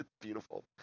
beautiful